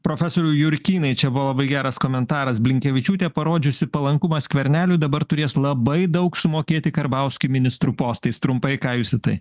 profesoriau jurkynai čia buvo labai geras komentaras blinkevičiūtė parodžiusi palankumą skverneliui dabar turės labai daug sumokėti karbauskiui ministrų postais trumpai ką jūs į tai